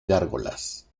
gárgolas